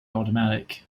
automatic